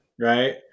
Right